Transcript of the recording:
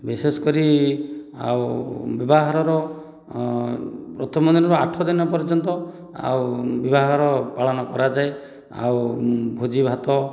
ବିଶେଷ କରି ଆଉ ବିବାହରର ପ୍ରଥମ ଦିନ ରୁ ଆଠ ଦିନ ପର୍ଯ୍ୟନ୍ତ ଆଉ ବିବାହର ପାଳନ କରାଯାଏ ଆଉ ଭୋଜି ଭାତ